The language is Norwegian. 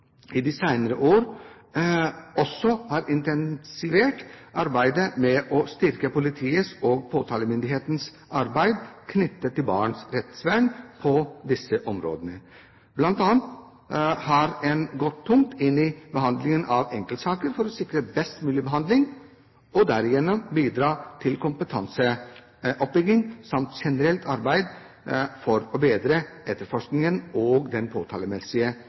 i de senere år også intensivert arbeidet med å styrke politiets og påtalemyndighetens arbeid knyttet til barns rettsvern på disse områdene. Blant annet har en gått tungt inn i behandlingen av enkeltsaker for å sikre best mulig behandling, og derigjennom bidra til kompetanseoppbygging samt generelt arbeidet for å bedre etterforskningen og den påtalemessige